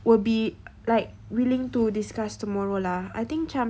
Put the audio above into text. will be like willing to discuss tomorrow lah I think macam